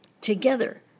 Together